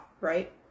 right